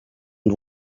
and